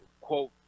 quote